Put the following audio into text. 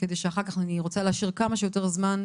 כדי שאחר כך, אני רוצה להשאיר כמה שיותר זמן.